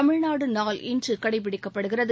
தமிழ்நாடு நாள் இன்று கடைபிடிக்கப்படுகிறது